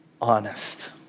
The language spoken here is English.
honest